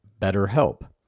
BetterHelp